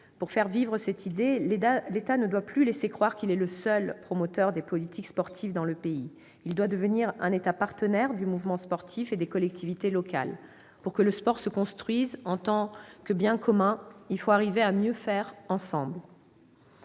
Pour faire vivre cette idée, l'État ne doit plus laisser croire qu'il est le seul promoteur des politiques sportives dans le pays. Il doit devenir un État partenaire du mouvement sportif et des collectivités locales. Pour que le sport se construise en tant que bien commun, il faut arriver à mieux faire ensemble.